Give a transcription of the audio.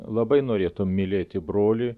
labai norėtum mylėti brolį